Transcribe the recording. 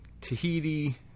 Tahiti